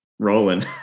rolling